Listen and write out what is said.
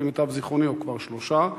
או כבר שלושה.